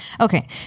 okay